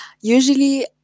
usually